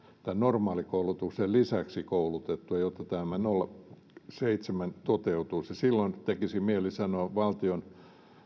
tämän normaalikoulutuksen lisäksi koulutettua jotta tämä nolla pilkku seitsemän toteutuisi silloin tekisi mieli sanoa että valtion